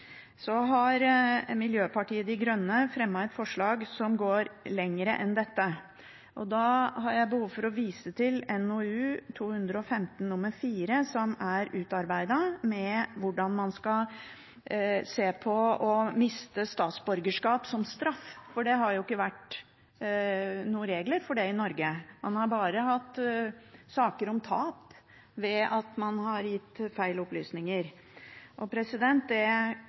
Så har Miljøpartiet De Grønne fremmet et forslag som går lenger enn dette. Da har jeg behov for å vise til NOU 2015:4, som er utarbeidet med tanke på hvordan man skal se på det å miste statsborgerskap som straff, for det har ikke vært noen regler for det i Norge. Man har bare hatt saker om tap ved at man har gitt feil opplysninger. Det er bra at det er